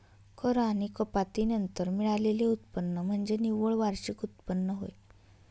कर आणि कपाती नंतर मिळालेले उत्पन्न म्हणजे निव्वळ वार्षिक उत्पन्न होय